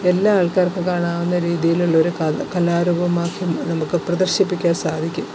എല്ലാ ആൾക്കാർക്കും കാണാവുന്ന രീതിയിലുള്ളൊരു കഥ കലാരൂപം മാത്രം നമുക്ക് പ്രദർശിപ്പിക്കാൻ സാധിക്കും